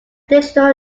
digital